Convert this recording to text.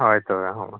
ᱦᱳᱭ ᱛᱚᱵᱮ ᱦᱳᱭ